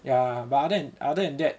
ya but other than other than that